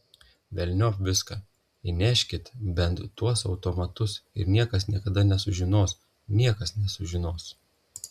velniop viską įneškit bent tuos automatus ir niekas niekada nesužinos niekas nesužinos